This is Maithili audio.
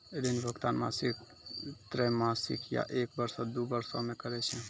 ऋण भुगतान मासिक, त्रैमासिक, या एक बरसो, दु बरसो मे करै छै